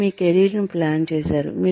మీరు మీ కెరీర్ను ప్లాన్ చేశారు